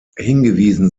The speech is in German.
hingewiesen